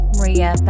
Maria